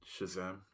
Shazam